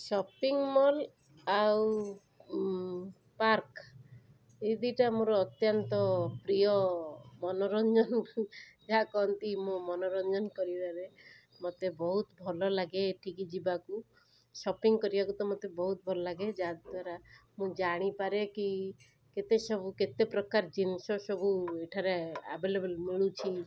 shopping mall ଆଉ ଉଁ park ଏହି ଦୁଇଟା ମୋର ଅତ୍ୟନ୍ତ ପ୍ରିୟ ମନୋରଞ୍ଜନ ଯାହାକହନ୍ତି ମୋ ମନୋରଞ୍ଜନ କରିବାରେ ମୋତେ ବହୁତ ଭଲ ଲାଗେ ଏଠିକି ଯିବାକୁ ସପିଙ୍ଗ କରିବାକୁ ତ ମୋତେ ବହୁତ ଭଲ ଲାଗେ ଯାହାଦ୍ୱାରା ମୁଁ ଜାଣିପାରେକି କେତେ ସବୁ କେତେ ପ୍ରକାର ଜିନିଷ ସବୁ ଏଠାରେ ଆଭେଲେବୁଲ ମିଳୁଛି